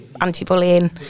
anti-bullying